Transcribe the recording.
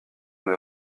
dans